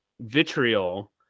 vitriol